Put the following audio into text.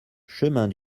chemin